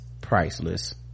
priceless